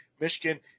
Michigan